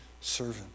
servant